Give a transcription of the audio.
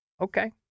Okay